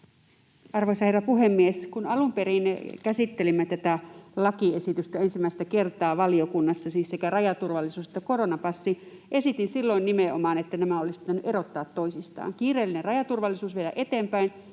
Arvoisa herra puhemies! Kun alun perin käsittelimme tätä lakiesitystä ensimmäistä kertaa valiokunnassa, siis sekä rajaturvallisuutta että koronapassia, silloin esitin nimenomaan, että nämä olisi pitänyt erottaa toisistaan. Kiireellinen rajaturvallisuus olisi